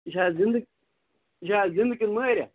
یہِ چھا زِندٕ یہِ چھا زِندٕ کِنہٕ مٲرِتھ